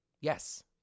Yes